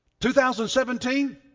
2017